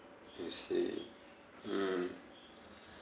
I see mm